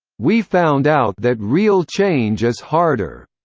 we found out that real change is harder.